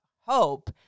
hope